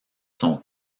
sont